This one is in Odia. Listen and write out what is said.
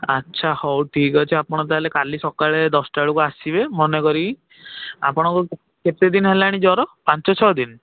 ଆଚ୍ଛା ହଉ ଠିକ୍ ଅଛି ଆପଣ ତା'ହେଲେ କାଲି ସକାଳେ ଦଶଟା ବେଳକୁ ଆସିବେ ମନେ କରିକି ଆପଣଙ୍କୁ କେତେ ଦିନ ହେଲାଣି ଜର ପାଞ୍ଚ ଛଅ ଦିନ